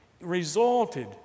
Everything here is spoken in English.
resulted